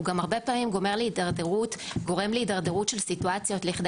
הוא גם הרבה פעמים גורם להידרדרות של סיטואציות לכדי